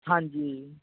ਹਾਂਜੀ